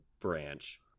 branch